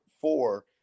four